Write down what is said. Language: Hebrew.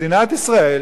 מדינת ישראל